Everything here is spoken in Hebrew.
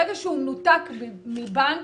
ברגע שהוא מנותק מבנק,